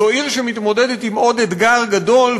זו עיר שמתמודדת עם עוד אתגר גדול,